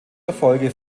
erfolge